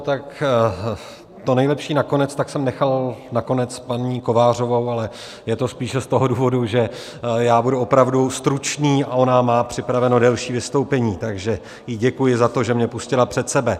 Tak to nejlepší nakonec, tak jsem nechal na konec paní Kovářovou, ale je to spíše z toho důvodu, že já budu opravdu stručný a ona má připraveno delší vystoupení, takže jí děkuji za to, že mě pustila před sebe.